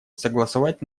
согласовать